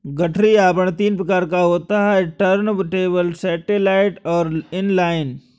गठरी आवरण तीन प्रकार का होता है टुर्नटेबल, सैटेलाइट और इन लाइन